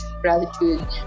gratitude